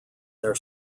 their